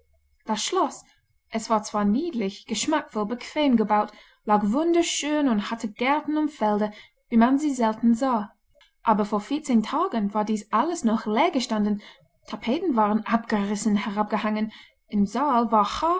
das schloß es war zwar niedlich geschmackvoll bequem gebaut lag wunderschön und hatte gärten und felder wie man sie selten sah aber vor vierzehn tagen war dies alles noch leer gestanden tapeten waren abgerissen herabgehangen im saal